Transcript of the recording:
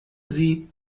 sie